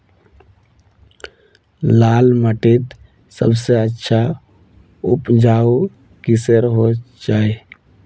लाल माटित सबसे अच्छा उपजाऊ किसेर होचए?